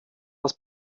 das